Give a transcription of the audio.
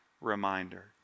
reminder